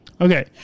Okay